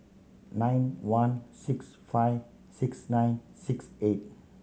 nine one six five six nine six eight